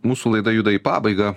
mūsų laida juda į pabaigą